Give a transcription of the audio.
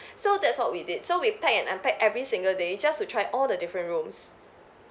so that's what we did so we packed and unpacked every single day just to try all the different rooms